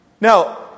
Now